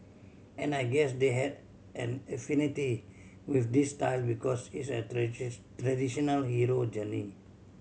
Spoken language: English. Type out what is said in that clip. and I guess they had an affinity with this style because it's a traditional hero journey